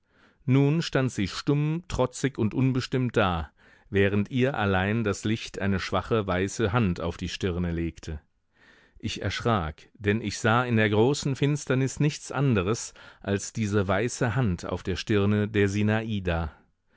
nun stand sie stumm trotzig und unbestimmt da während ihr allein das licht eine schwache weiße hand auf die stirne legte ich erschrak denn ich sah in der großen finsternis nichts anderes als diese weiße hand auf der stirne der sinada